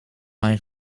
mijn